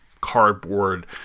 cardboard